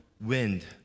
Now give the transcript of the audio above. wind